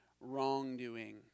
wrongdoing